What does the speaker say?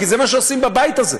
כי זה מה שעושים בבית הזה,